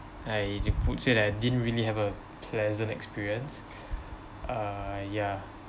I would say that I didn't really have a pleasant experience uh ya